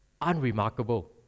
unremarkable